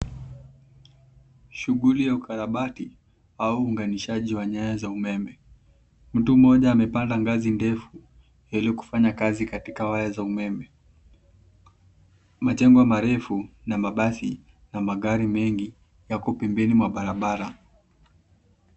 Shughuli ya ukarabati au uunganishaji wa nyaya za umeme. Mtu mmoja amepanda ngazi ndefu ili kufanya kazi katika waya za umeme. Majengo marefu na mabasi na magari mengi yako pembeni mwa barabara.